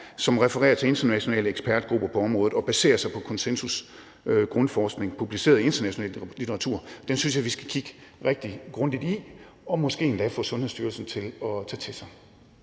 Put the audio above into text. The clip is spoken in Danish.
som refererer til internationale ekspertgrupper på området og baserer sig på konsensus, på grundforskning publiceret internationalt og på litteratur. Den synes jeg vi skal kigge rigtig grundigt i og måske endda få Sundhedsstyrelsen til at tage til sig.